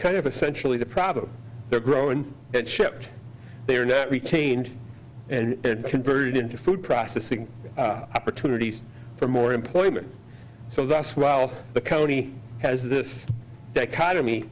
kind of essential to the problem they're growing at shipped they are not retained and converted into food processing opportunities for more employment so thus while the county has this dichotomy